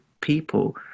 people